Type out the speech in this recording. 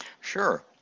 Sure